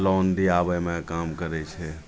loan दिआबैमे काम करै छै